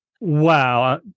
Wow